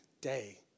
day